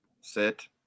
Sit